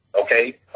Okay